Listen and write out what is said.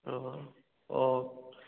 ꯍꯣ